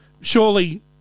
surely